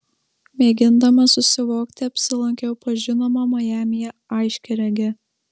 mėgindama susivokti apsilankiau pas žinomą majamyje aiškiaregę